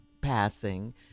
passing